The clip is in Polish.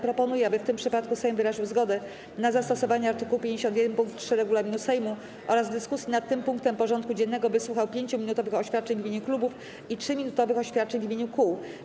Proponuję, aby w tym przypadku Sejm wyraził zgodę na zastosowanie art. 51 pkt 3 regulaminu Sejmu oraz w dyskusji nad tym punktem porządku dziennego wysłuchał 5-minutowych oświadczeń w imieniu klubów i 3-minutowych oświadczeń w imieniu kół.